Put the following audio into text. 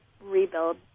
rebuild